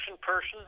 person